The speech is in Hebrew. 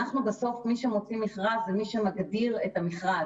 בסוף מי שמוציא מכרז זה מי שמגדיר את המכרז